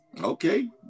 Okay